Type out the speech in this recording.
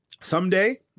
someday